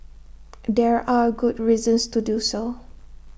there are good reasons to do so